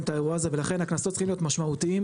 את האירוע ולכן הקנסות צריכים להיות משמעותיים.